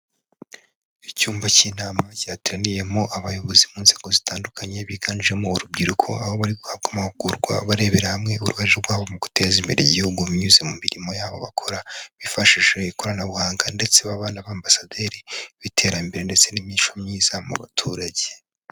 Icyumba cy'inama cyateraniyemo abayobozi mu nzego zitandukanye biganjemo urubyiruko, aho bari guhabwa amahugurwa barebera hamwe uruhare rwabo mu guteza imbere igihugu binyuze mu mirimo yabo bakora bifashishije ikoranabuhanga, ndetse baba na ba ambasaderi b'iterambere ndetse n'imico myiza mu baturage.